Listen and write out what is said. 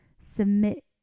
submit